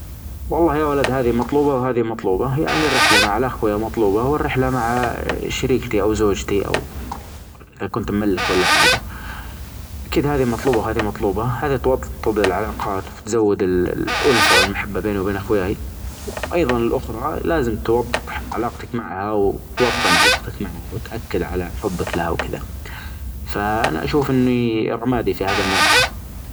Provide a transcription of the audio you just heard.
والله يا ولد هذي مطلوبة وهذي مطلوبة يعني الرحلة مع الاخوة مطلوبة والرحلة مع شريكتي او زوجتي او او اذا كنت مملك ولا حاجة اكيد هذي مطلوبة وهذي مطلوبة هذا توطد العلاقات وتزود ر الالفة والمحبة بيني وبين اخوياي وايظا الاخرى لازم توظح علاقتك معها توطن علاقتك معها وتأكد على حبك لها وكذا. فانا اشوف اني رمادي في هذه المنطقة.